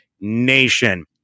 nation